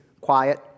Quiet